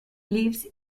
lives